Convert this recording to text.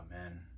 amen